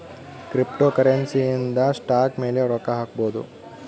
cryptocurrency ಇಂದ stock ಮೇಲೆ ರೊಕ್ಕ ಹಾಕ್ಬೊದು